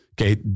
Okay